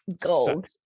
gold